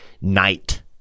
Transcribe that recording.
night